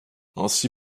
ainsi